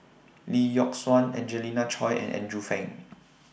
Lee Yock Suan Angelina Choy and Andrew Phang